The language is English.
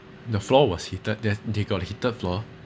the floor was heated they've they got a heated floor